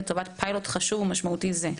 לטובת פיילוט חשוב ומשמעותי זה.